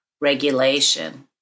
regulation